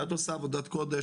את עושה עבודת קודש.